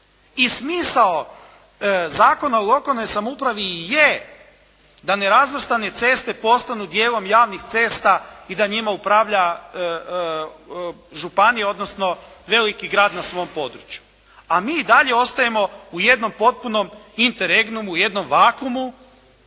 I smisao Zakona o lokalnoj samoupravi je da nerazvrstane ceste postanu dijelom javnih cesta i da njima upravlja županija, odnosno veliki grad na svom području. A mi i dalje ostajemo u jednom potpunom interregnumu, jednom vakuumu